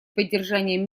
поддержанием